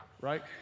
right